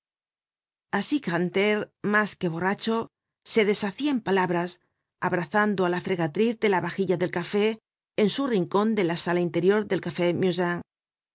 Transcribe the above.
asi grantaire mas que borracho se deshacia en palabras abrazando á la fregatriz de la vajilla del café en su rincon de la sala interior del café